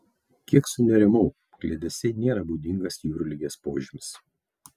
kiek sunerimau kliedesiai nėra būdingas jūrligės požymis